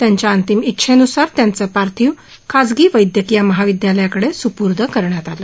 त्यांच्या अंतिम इच्छेन्सार त्याचं पार्थिव खाजगी वैद्यकिय महाविद्यालयाकडे सुपुर्द करण्यात आलं